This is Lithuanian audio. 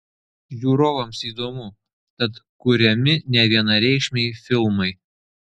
žiūrovams įdomu tad kuriami nevienareikšmiai filmai